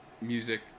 music